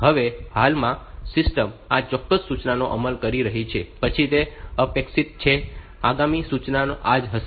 હવે હાલમાં સિસ્ટમ આ ચોક્કસ સૂચનાનો અમલ કરી રહી છે પછી તે અપેક્ષિત છે કે આગામી સૂચના આ જ હશે